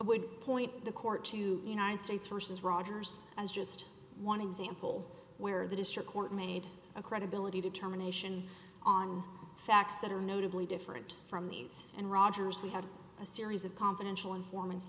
would point the court to united states versus rogers as just one example where the district court made a credibility determination on facts that are notably different from these and rogers we had a series of confidential informants